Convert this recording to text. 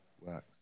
works